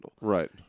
Right